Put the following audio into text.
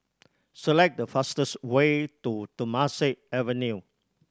select the fastest way to Temasek Avenue